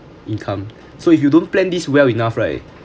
income so if you don't plan this well enough right